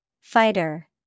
Fighter